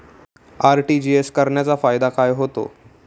RTGS करण्याचा फायदा काय होतो?